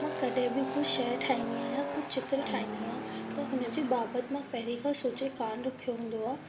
मां कॾहिं बि कोई शइ ठाईंदी आहियां को चित्र ठाहींदी आहियां त हुन जे बाबति मां पहरे खां सोचे कोन रखियो हूंदो आहे